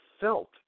felt